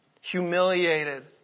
humiliated